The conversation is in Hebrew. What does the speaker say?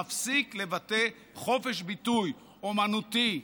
מפסיק לבטא חופש ביטוי אומנותי,